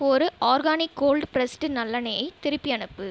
ஒரு organic cold pressed நல்லெண்ணெய்யை திருப்பி அனுப்பு